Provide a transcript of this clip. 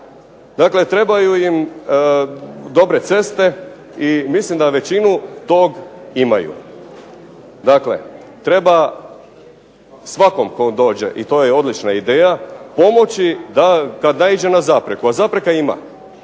dakle trebaju im dobre ceste, i mislim da većinu tog imaju. Dakle treba svakom tko dođe i to je odlična ideja, pomoći da, kad naiđe na zapreku, a zapreka ima,